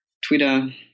Twitter